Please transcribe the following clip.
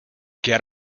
get